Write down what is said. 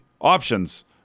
options